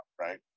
right